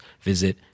visit